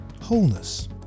Wholeness